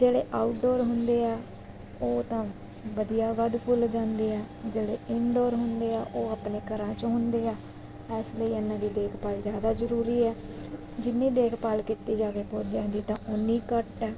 ਜਿਹੜੇ ਆਊਟਡੋਰ ਹੁੰਦੇ ਆ ਉਹ ਤਾਂ ਵਧੀਆ ਵੱਧ ਫੁੱਲ ਜਾਂਦੇ ਹੈ ਜਿਹੜੇ ਇਨਡੋਰ ਹੁੰਦੇ ਆ ਉਹ ਆਪਣੇ ਘਰਾਂ 'ਚ ਹੁੰਦੇ ਆ ਇਸ ਲਈ ਇਹਨਾਂ ਦੀ ਦੇਖਭਾਲ ਜ਼ਿਆਦਾ ਜ਼ਰੂਰੀ ਹੈ ਜਿੰਨੀ ਦੇਖਭਾਲ ਕੀਤੀ ਜਾਵੇ ਪੌਦਿਆਂ ਦੀ ਤਾਂ ਓਨੀ ਘੱਟ ਹੈ